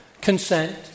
Consent